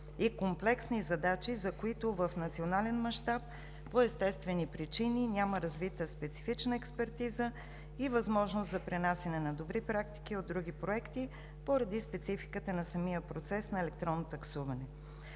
и комплексни задачи, за които в национален мащаб по естествени причини няма развита специфична експертиза и възможност за пренасяне на добри практики от други проекти поради спецификата на самия процес на електронно таксуване.